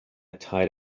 tied